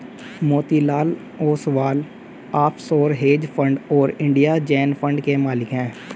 Motilal Oswal offshore hedge fund और India Zen fund के मालिक हैं